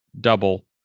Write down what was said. double